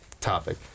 topic